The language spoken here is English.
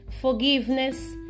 forgiveness